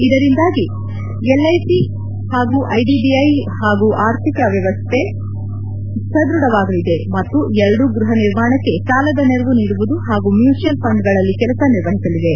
ಇದರಿಂದಾಗಿ ಎಲ್ಐಸಿ ಹಾಗು ಐದಿಬಿಐ ಎರಡೂ ಆರ್ಥಿಕವಾಗಿ ಸದೃಢವಾಗಲಿವೆ ಮತ್ತು ಎರಡೂ ಗೃಹ ನಿರ್ಮಾಣಕ್ಕೆ ಸಾಲದ ನೆರವು ನೀಡುವುದು ಹಾಗೂ ಮ್ಯೂಚುಯಲ್ ಫಂಡ್ಗಳಲಿ ಕೆಲಸ ನಿರ್ವಹಿಸಲಿವೆ